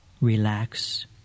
Relax